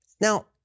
Now